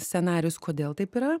scenarijus kodėl taip yra